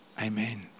amen